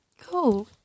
cool